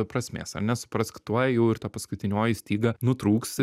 prasmės ar ne suprask tuoj jau ir ta paskutinioji styga nutrūks